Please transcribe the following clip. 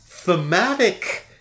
Thematic